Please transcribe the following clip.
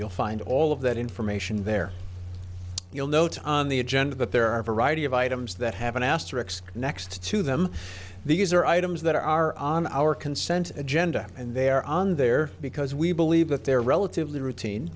you'll find all of that information there you'll notice on the agenda that there are a variety of items that have an asterisk next to them these are items that are on our consent agenda and they're on there because we believe that they're relatively routine